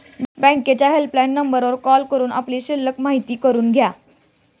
बँकेच्या हेल्पलाईन नंबरवर कॉल करून आपली शिल्लक माहिती करून घ्या